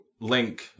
Link